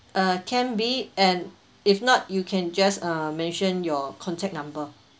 uh can be and if not you can just uh mention your contact number